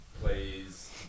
plays